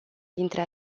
dintre